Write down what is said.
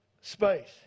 space